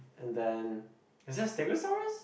and then is that Stegosaurus